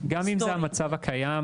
גם אם זה המצב הקיים,